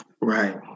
Right